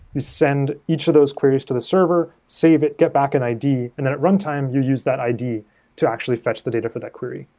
you send each of those queries to the server, save it, bet back and id. and then at runtime, you use that id to actually fetch the data for that query.